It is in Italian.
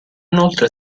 inoltre